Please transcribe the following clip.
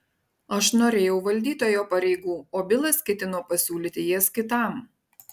aš norėjau valdytojo pareigų o bilas ketino pasiūlyti jas kitam